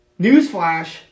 Newsflash